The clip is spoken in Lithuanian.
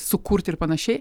sukurt ir panašiai